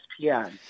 ESPN